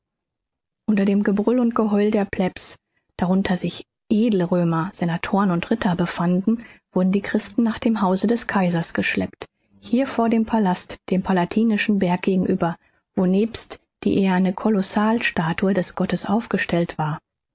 unter dem gebrüll und geheul der plebs darunter sich edle römer senatoren und ritter befanden wurden die christen nach dem hause des kaisers geschleppt hier vor dem palast dem palatinischen berg gegenüber wonelbst die eherne kolossalstatue des gottes aufgestellt war